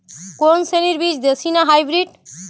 কোন শ্রেণীর বীজ দেশী না হাইব্রিড?